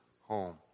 home